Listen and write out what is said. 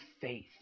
faith